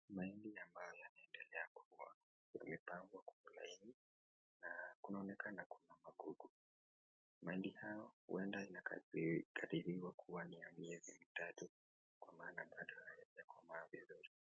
Mahindi ambayo yanaendelea kukua yamepandwa kwenye laini na kunaonekana kuna magugu , Mahindi hayo huende yakakadiriwa kuwa ni ya miezi mitatu maana bado hayajakomaa vizuri.